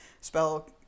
spell